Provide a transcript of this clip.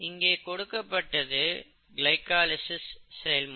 இங்கே கொடுக்கப்பட்டது கிளைகாலிசிஸ் செயல்முறை